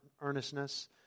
earnestness